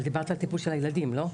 אבל דיברת על טיפול של הילדים, לא?